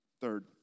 Third